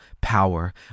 power